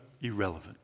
irrelevant